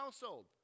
household